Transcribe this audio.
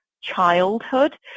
childhood